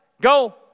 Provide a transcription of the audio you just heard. Go